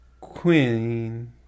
Queen